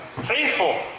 faithful